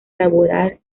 laboral